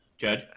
Judge